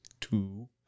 two